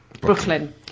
Brooklyn